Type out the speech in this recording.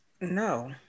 No